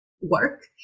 work